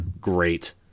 great